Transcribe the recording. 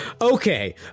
okay